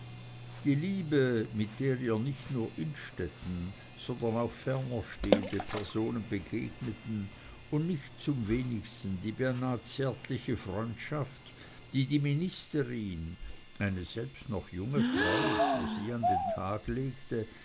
die liebe mit der ihr nicht nur innstetten sondern auch fernerstehende personen begegneten und nicht zum wenigsten die beinah zärtliche freundschaft die die ministerin eine selbst noch junge frau für sie an den tag legte